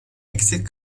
eksik